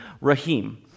Rahim